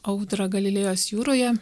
audrą galilėjos jūroje